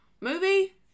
Movie